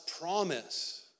promise